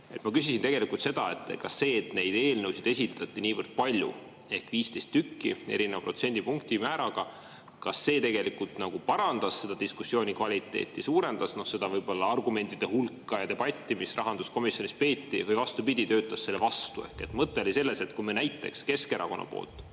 Ma küsisin tegelikult seda, et kas see, et neid eelnõusid esitati niivõrd palju, 15 erineva protsendipunkti määraga, tegelikult parandas diskussiooni kvaliteeti, suurendas argumentide hulka ja debatti, mis rahanduskomisjonis peeti, või vastupidi, töötas selle vastu? Mõte oli selles, et kuna me näiteks Keskerakonnas